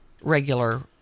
regular